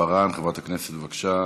חברת הכנסת יעל כהן-פארן, בבקשה.